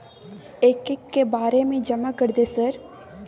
एक एक के बारे जमा कर दे सर?